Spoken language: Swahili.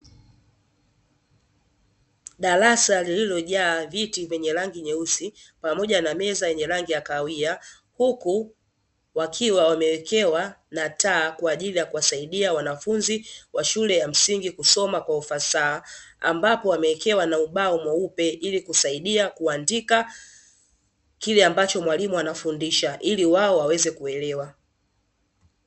Darasa lililojaa viti vyenye rangi nyeusi pamoja na meza yenye rangi ya kahawia, huku wakiwa wamewekewa na taa kwa ajili ya kuwasaidia wanafunzi wa shule ya msingi kusoma kwa ufasaha, ambapo wamewekewa na ubao mweupe ili kusaidia kuandika kile ambacho mwalimu anafundisha ili wao waweze kuelewa.